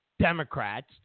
Democrats